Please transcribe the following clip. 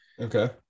Okay